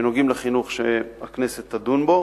שנוגעים לחינוך, שהכנסת תדון בו.